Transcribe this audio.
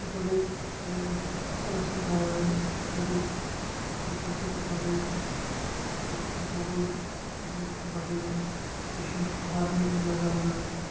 امہِ سۭتۍ بڑیٚیہِ بیٚیہِ آیہِ مطلب اصل اصل دوا آیہِ امہِ سۭتۍ بڑیو اٮ۪گرِکلچر تہِ بڑہو یہِ تِل گۄگُل امِکۍ تہِ بڑیٚیہِ فِشنگ چھ فارمنٛگ چھ لگاوان آز مطلب